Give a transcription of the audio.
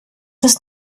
ist